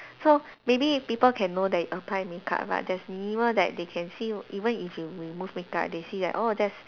so maybe if people can know that you apply makeup right there's minimal that they can see even if you remove makeup they see like orh that's